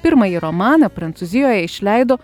pirmąjį romaną prancūzijoje išleido